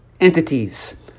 entities